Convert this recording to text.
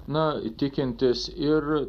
na tikintis ir